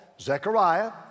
Zechariah